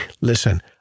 listen